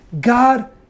God